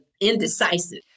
indecisive